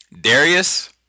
Darius